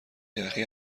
یخی